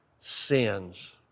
sins